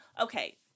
okay